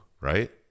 right